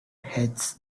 heads